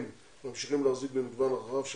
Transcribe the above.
ממשיכים להחזיק במגוון רחב של